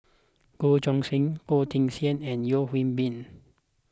Goh Choo San Goh Teck Sian and Yeo Hwee Bin